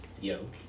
Yo